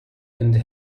and